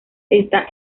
esta